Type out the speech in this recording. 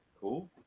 cool